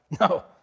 No